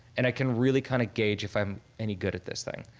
and i can really kind of gauge if i'm any good at this thing.